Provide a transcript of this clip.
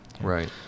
right